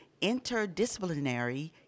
interdisciplinary